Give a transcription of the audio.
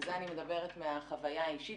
ועל זה אני מדברת מחוויה אישית,